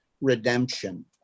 redemption